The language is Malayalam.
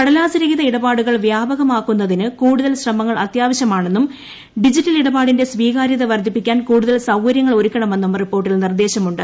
കടലാസ് രഹിത ഇടപാടുകൾ വ്യാപകമാക്കുന്നതിന് കൂടുതൽ ശ്രമങ്ങൾ അത്യാവശ്യമാണെന്നും ഡിജിറ്റൽ ഇടപാടിന്റെ സ്വീകാര്യത വർദധിക്കാൻ കൂടുതൽ സൌകര്യങ്ങൾ ഒരുക്കണമെന്നും റിപ്പോർട്ടിൽ നിർദ്ദേശമുണ്ട്